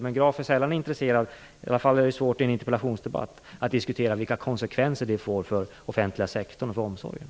Men Graf är sällan intresserad av att diskutera - och det är ju svårt i en interpellationsdebatt - vilka konsekvenser det skulle få för den offentliga sektorn och omsorgen.